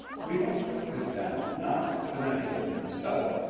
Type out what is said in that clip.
we must put this down not to the navigator himself,